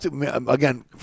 again